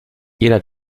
jeder